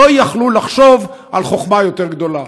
לא יכלו לחשוב על חוכמה יותר גדולה.